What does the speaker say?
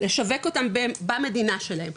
אסור לשווק אותם במדינה שלהם.